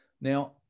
Now